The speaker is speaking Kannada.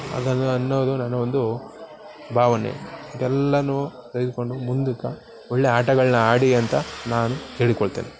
ಅದನ್ನು ಅನ್ನೋದು ನನ್ನ ಒಂದು ಭಾವನೆ ಇದೆಲ್ಲನೂ ತೆಗೆದುಕೊಂಡು ಮುಂದಕ್ಕೆ ಒಳ್ಳೆಯ ಆಟಗಳನ್ನ ಆಡಿ ಅಂತ ನಾನು ಕೇಳಿಕೊಳ್ತೇನೆ